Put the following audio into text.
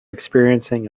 experiencing